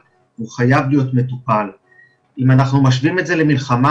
אני חושב שהעיסוק בברזלים,